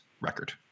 record